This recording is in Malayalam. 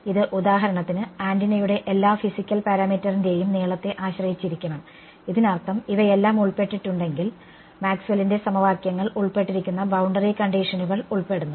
ഇത് ഉദാഹരണത്തിന് ആന്റിനയുടെ എല്ലാ ഫിസിക്കൽ പാരാമീറ്ററിന്റെയും നീളത്തെ ആശ്രയിച്ചിരിക്കണം ഇതിനർത്ഥം ഇവയെല്ലാം ഉൾപ്പെട്ടിട്ടുണ്ടെങ്കിൽ മാക്സ്വെല്ലിന്റെ സമവാക്യങ്ങൾ Maxwell's equations ഉൾപ്പെട്ടിരിക്കുന്ന ബൌണ്ടറി കണ്ടിഷനുകൾ ഉൾപ്പെടുന്നു